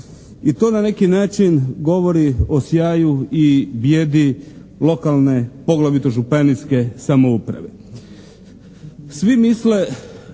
I to na neki način govori o sjaju i bijedi lokalne poglavito županijske samouprave.